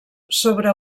sobre